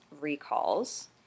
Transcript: recalls